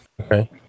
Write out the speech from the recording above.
Okay